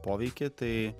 poveikį tai